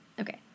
Okay